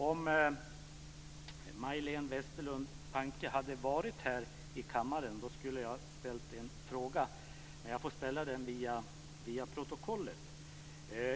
Om Majléne Westerlund Panke hade varit här i kammaren skulle jag ha ställt en fråga till henne, men jag får ställa den via protokollet.